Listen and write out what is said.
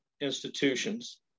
institutions